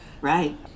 right